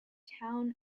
town